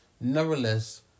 nevertheless